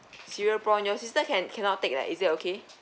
cereal prawn your sister can~ cannot take right is it okay